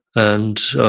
and